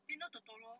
then you know totoro